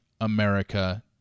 America